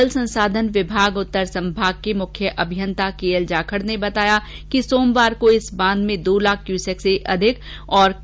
जल संसाधन विभाग उत्तर संभाग के मुख्य अभियंता के एल जाखड़ ने बताया कि सोमवार को इस बांध में दो लाख क्यूसेक से अधिक पानी की आवक हुई